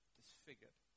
disfigured